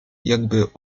jakby